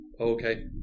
Okay